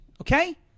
okay